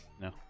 No